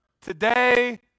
today